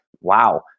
Wow